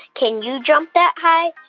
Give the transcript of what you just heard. can you jump that high?